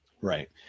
Right